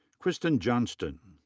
kristen johnston.